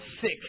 sick